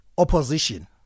Opposition